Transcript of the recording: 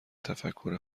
تفکر